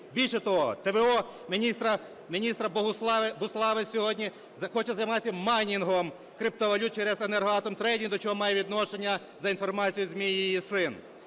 Більше того т.в.о. міністра Буславець сьогодні хоче займатися майнінгом криптовалют через "Енергоатомтрейдінг", до чого має відношення, за інформацією ЗМІ, її син.